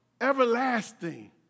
Everlasting